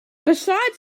besides